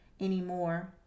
anymore